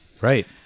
right